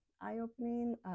eye-opening